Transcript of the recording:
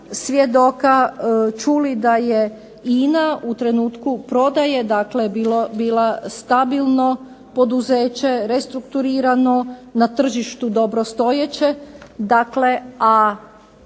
svjedoka čuli da je INA u trenutku prodaje dakle bila stabilno poduzeće, restrukturirano, na tržištu dobrostojeće dakle, a